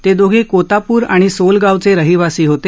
ते दोघे कोतापूर आणि सोलगावचे रहिवासी होते